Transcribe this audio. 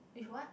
with what